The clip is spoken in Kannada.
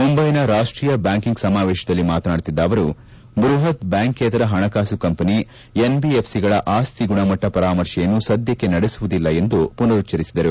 ಮುಂಬೈನ ರಾಷ್ಷೀಯ ಬ್ಲಾಂಕಿಂಗ್ ಸಮಾವೇಶದಲ್ಲಿ ಮಾತನಾಡುತ್ತಿದ್ದ ಅವರು ಬೃಹತ್ ಬ್ಯಾಂಕೇತರ ಹಣಕಾಸು ಕಂಪನಿ ಎನ್ಬಿಎಫ್ಸಿಗಳ ಆಸ್ತಿ ಗುಣಮಟ್ಲ ಪರಾಮರ್ಶೆಯನ್ನು ಸದ್ಯಕ್ಷೆ ನಡೆಸುವುದಿಲ್ಲ ಎಂದು ಪುನರುಚ್ಲರಿಸಿದರು